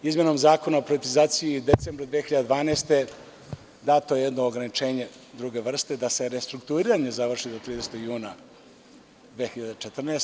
Izmenom Zakona o privatizaciji u decembru 2012. godine dato je jedno ograničenje druge vrste da se restrukturiranje završi do 30. juna 2014.